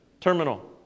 terminal